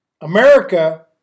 America